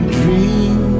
dream